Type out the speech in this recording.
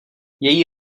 její